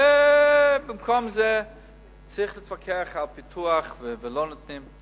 אבל במקום זה צריך להתווכח על הפיתוח ולא נותנים.